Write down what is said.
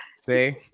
See